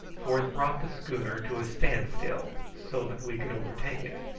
for it brought the schooner to a stand-still, so that we could overtake it.